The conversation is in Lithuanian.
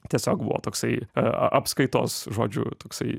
tiesiog buvo toksai a apskaitos žodžiu toksai